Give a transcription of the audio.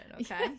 okay